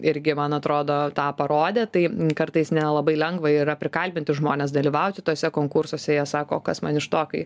irgi man atrodo tą parodė tai kartais nelabai lengva yra prikalbinti žmones dalyvauti tuose konkursuose jie sako o kas man iš to kai